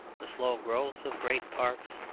the slow growth of great parks,